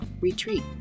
Retreat